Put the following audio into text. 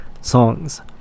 songs